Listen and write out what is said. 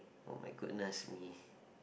oh-my-goodness me